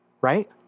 right